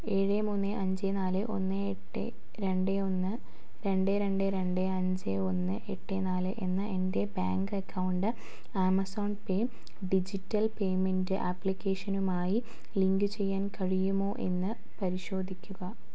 ഏഴ് മൂന്ന് അഞ്ച് നാല് ഒന്ന് എട്ട് രണ്ട് ഒന്ന് രണ്ട് രണ്ട് രണ്ട് അഞ്ച് ഒന്ന് എട്ട് നാല് എന്ന എന്റെ bank account Amazon pay digital payment ആപ്ലിക്കേഷനുമായി ലിങ്ക് ചെയ്യാൻ കഴിയുമോ എന്ന് പരിശോധിക്കുക